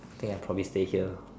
I think I probably stay here